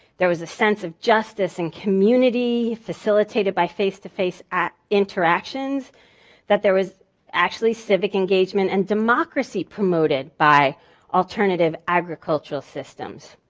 there was a sense of justice and community facilitated by face-to-face interactions that there was actually civic engagement and democracy promoted by alternative agricultural systems.